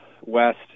West